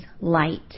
light